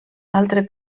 altre